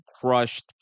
crushed